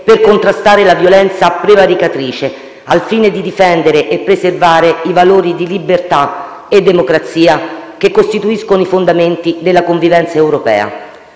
per contrastare la violenza prevaricatrice, al fine di difendere e preservare i valori di libertà e democrazia che costituiscono i fondamenti della convivenza europea.